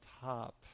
top